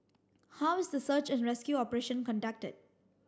how is the search and rescue operation conducted